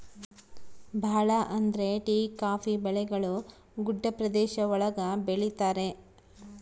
ಭಾಳ ಅಂದ್ರೆ tea coffee ಬೆಳೆಗಳು ಗುಡ್ಡ ಪ್ರದೇಶ ಒಳಗ ಬೆಳಿತರೆ